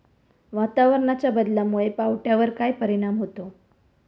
वातावरणाच्या बदलामुळे पावट्यावर काय परिणाम होतो?